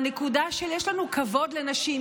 הנקודה של: יש לנו כבוד לנשים,